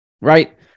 right